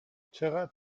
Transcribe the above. چقدر